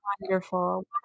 wonderful